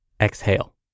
exhale